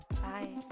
bye